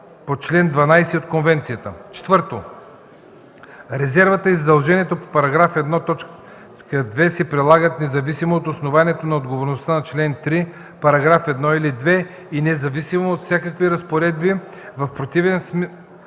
4. Резервата и задължението по § 1.2 се прилагат независимо от основанието на отговорността по чл. 3, § 1 или 2 и независимо от всякакви разпоредби в противен смисъл